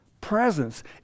presence